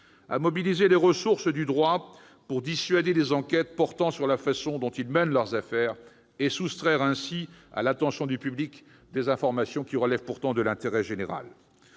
à mobiliser les ressources du droit pour dissuader les enquêtes portant sur la façon dont ils mènent leurs affaires et soustraire ainsi à l'attention du public des informations d'intérêt général.